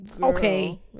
okay